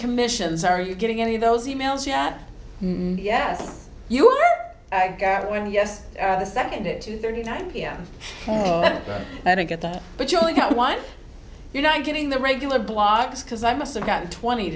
commissions are you getting any of those e mails yet yes you were i got one yes the second it to thirty nine pm i didn't get that but you only got one you're not getting the regular blocks because i must have gotten twenty